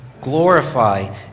glorify